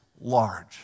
large